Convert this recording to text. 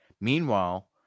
Meanwhile